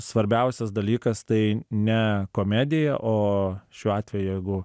svarbiausias dalykas tai ne komedija o šiuo atveju jeigu